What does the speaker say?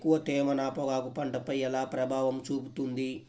ఎక్కువ తేమ నా పొగాకు పంటపై ఎలా ప్రభావం చూపుతుంది?